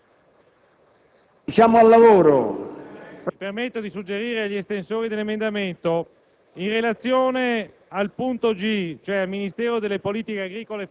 A titolo personale, peraltro, mi permetto di suggerire agli estensori dell'emendamento